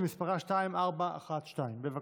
שמספרה 2412. בבקשה.